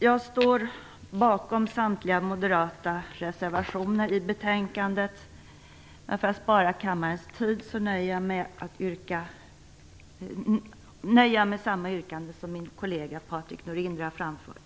Jag står bakom samtliga moderata reservationer till betänkandet, men för att spara kammarens tid nöjer jag mig med samma yrkande som det min kollega Patrik Norinder har framfört.